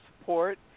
support